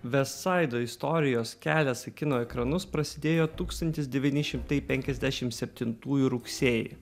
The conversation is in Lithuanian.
vestsaido istorijos kelias į kino ekranus prasidėjo tūkstantis devyni šimtai penkiasdešim septintųjų rugsėjį